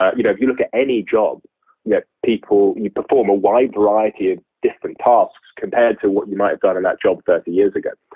ah you know, if you look at any job that people, you perform a wide variety of different tasks compared to what you might have done in that job thirty years ago.